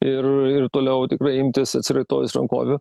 ir ir toliau tikrai imtis atsiraitojus rankovių